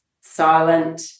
silent